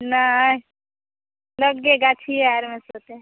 नहि लगे गाछिए आरमे छथिन